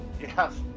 Yes